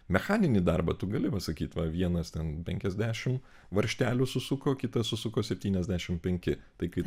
mechaninį darbą tu gali va sakyt va vienas ten penkiasdešimt varžtelių susuko kitas susuko septyniasdešimt penki tai kaip